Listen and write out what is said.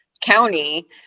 county